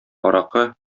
аракы